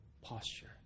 posture